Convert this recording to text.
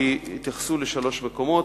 התייחסו לשלושה מקומות,